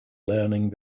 learning